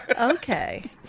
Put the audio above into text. Okay